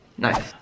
Nice